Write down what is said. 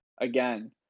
again